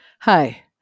Hi